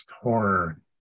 horror